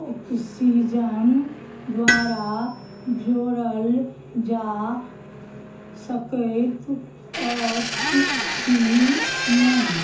oxygen द्वारा जोड़ल जा सकैत अछि की नहि